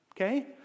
Okay